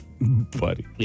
Buddy